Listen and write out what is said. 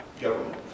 government